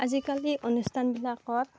আজিকালি অনুষ্ঠানবিলাক